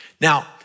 Now